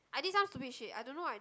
I did some stupid shit I don't know what I